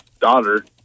daughter